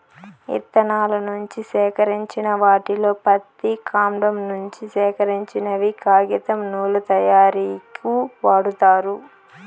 ఇత్తనాల నుంచి సేకరించిన వాటిలో పత్తి, కాండం నుంచి సేకరించినవి కాగితం, నూలు తయారీకు వాడతారు